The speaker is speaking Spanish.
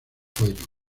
cuello